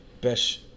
best